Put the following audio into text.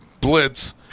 blitz